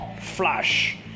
flash